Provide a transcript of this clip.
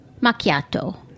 macchiato